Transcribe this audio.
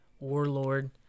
warlord